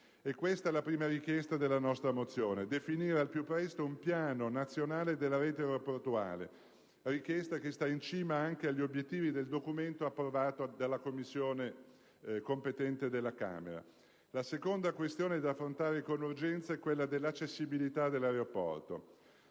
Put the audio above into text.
Questa è la prima richiesta della nostra mozione: definire al più presto un piano nazionale della rete aeroportuale. Tale richiesta sta in cima agli obiettivi del documento approvato dalla competente Commissione della Camera. La seconda questione da affrontare con urgenza è quella dell'accessibilità dell'aeroporto.